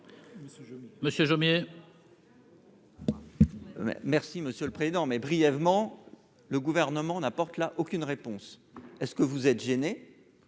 Monsieur Jomier. Merci monsieur le président, mais brièvement le gouvernement n'apporte là, aucune réponse est-ce que vous êtes gêné